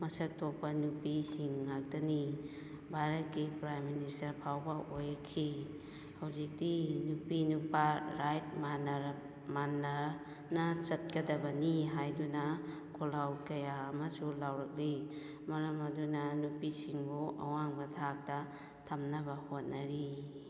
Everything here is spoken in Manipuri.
ꯃꯁꯛ ꯊꯣꯛꯄ ꯅꯨꯄꯤꯁꯤꯡ ꯉꯥꯛꯇꯅꯤ ꯚꯥꯔꯠꯀꯤ ꯄ꯭ꯔꯥꯏꯝ ꯃꯤꯅꯤꯁꯇꯔ ꯐꯥꯎꯕ ꯑꯣꯏꯈꯤ ꯍꯧꯖꯤꯛꯇꯤ ꯅꯨꯄꯤ ꯅꯨꯄꯥ ꯔꯥꯏꯠ ꯃꯥꯟꯅꯅ ꯆꯠꯀꯗꯕꯅꯤ ꯍꯥꯏꯗꯨꯅ ꯈꯣꯜꯂꯥꯎ ꯀꯌꯥ ꯑꯃꯁꯨ ꯂꯥꯎꯔꯛꯂꯤ ꯃꯔꯝ ꯑꯗꯨꯅ ꯅꯨꯄꯤꯁꯤꯡꯕꯨ ꯑꯋꯥꯡꯕ ꯊꯥꯛꯇ ꯊꯝꯅꯕ ꯍꯣꯠꯅꯔꯤ